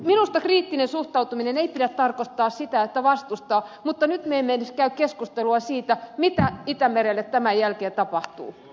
minusta kriittisen suhtautumisen ei pidä tarkoittaa sitä että vastustaa mutta nyt me emme edes käy keskustelua siitä mitä itämerelle tämän jälkeen tapahtuu